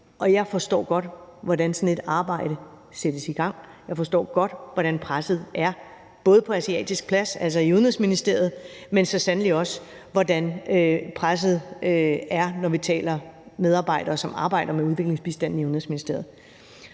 Jeg forstår godt, hvordan sådan et arbejde sættes i gang, og jeg forstår godt, hvordan presset er, både på Asiatisk Plads, altså i Udenrigsministeriet, men så sandelig også, hvordan presset er, når vi taler medarbejdere, som arbejder med udviklingsbistand i Udenrigsministeriet.